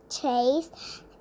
Chase